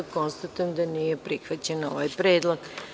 Konstatujem da nije prihvaćen ovaj predlog.